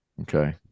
okay